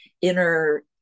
inner